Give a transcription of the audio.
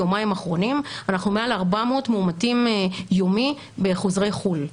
יומיים אחרונים אנחנו מעל 400 מאומתים יומי בחוזרי חו"ל.